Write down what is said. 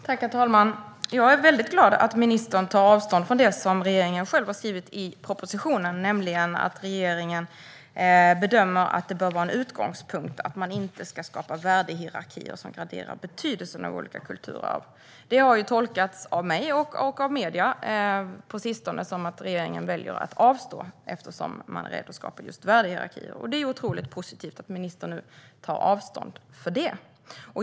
Herr talman! Jag är mycket glad över att ministern tar avstånd från det som regeringen själv har skrivit i propositionen, nämligen att regeringen bedömer att det bör vara en utgångspunkt att man inte ska skapa värdehierarkier som graderar betydelsen av olika kulturarv. Det har tolkats av mig och av medierna på sistone som att regeringen väljer att avstå, eftersom man är rädd att skapa just värdehierarkier. Det är otroligt positivt att ministern nu tar avstånd från det.